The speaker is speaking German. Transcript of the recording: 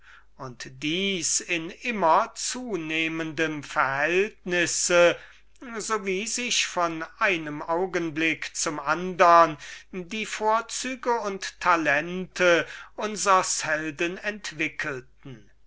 und das in immerzunehmendem verhältnis so wie sich von einem augenblick zum andern die vorzüge und talente unsers helden entwickelten